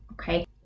okay